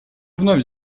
вновь